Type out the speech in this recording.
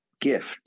gift